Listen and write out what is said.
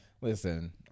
Listen